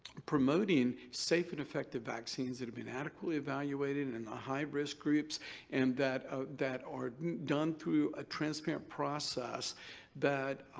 promoting safe and effective vaccines that have been adequately evaluated in the high risk groups and that that are done through a transparent process that, ah,